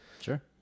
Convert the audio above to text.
sure